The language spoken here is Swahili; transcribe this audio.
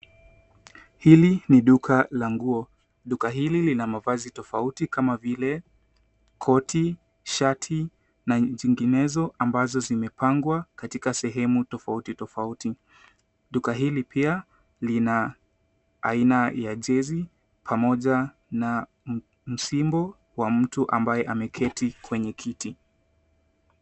Hili ni duka la nguo. Duka hili lina mavazi tofauti kama vile koti, shati na zinginezo ambazo zimepangwa katika sehemu tofauti tofauti. Duka hili pia lina aina ya jezi pamoja na msimbo wa mtu ambaye ameketi kwenye kiti.